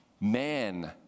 man